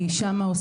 היא שם,